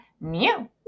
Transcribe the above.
meow